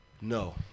No